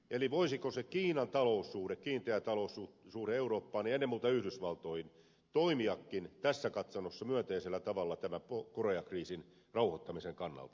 eli voisiko kiinan taloussuhde kiinteä taloussuhde eurooppaan ja ennen muuta yhdysvaltoihin toimiakin tässä katsannossa myönteisellä tavalla tämän korea kriisin rauhoittamisen kannalta